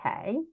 okay